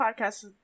podcasts